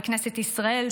בכנסת ישראל,